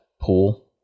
pool